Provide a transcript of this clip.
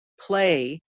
play